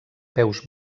peus